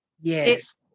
Yes